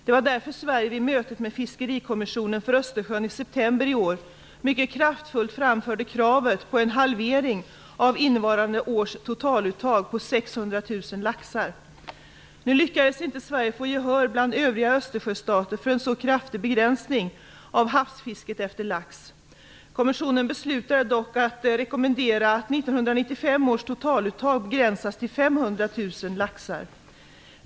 Det var därför Sverige vid mötet med Fiskerikommissionen för Östersjön i september i år mycket kraftfullt framförde kravet på en halvering av innevarande års totaluttag på 600 000 laxar. Nu lyckades Sverige inte få gehör bland övriga Östersjöstater för en så kraftig begränsning av havsfisket efter lax. Kommissionen beslutade dock att rekommendera att 1995 års totaluttag begränsas till 500 000 laxar.